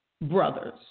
brothers